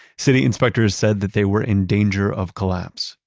city inspectors said that they were in danger of collapse.